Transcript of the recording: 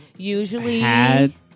usually